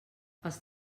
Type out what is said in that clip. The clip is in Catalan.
els